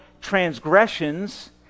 transgressions